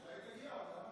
אולי היא עוד תגיע.